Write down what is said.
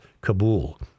Kabul